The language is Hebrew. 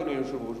אדוני היושב-ראש,